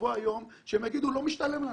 שיבוא היום שהם יגידו שלא משתלם להם.